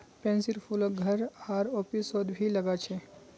पैन्सीर फूलक घर आर ऑफिसत भी लगा छे